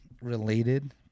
related